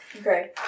Okay